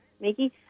Mickey